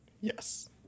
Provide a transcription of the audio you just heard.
Yes